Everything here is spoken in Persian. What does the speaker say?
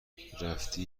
رفتی